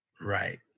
Right